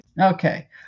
Okay